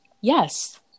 yes